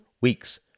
weeks